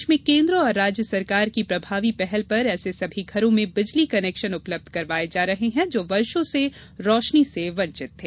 प्रदेश में केन्द्र और राज्य सरकार की प्रभावी पहल पर ऐसे सभी घरों में बिजली कनेक्शन उपलब्ध करवाए जा रहे हैं जो वर्षो से रोशनी से वंचित थे